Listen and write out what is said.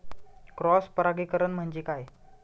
Cross परागीकरण म्हणजे काय?